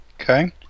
Okay